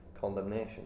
condemnation